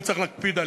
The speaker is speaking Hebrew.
וצריך להקפיד עליה.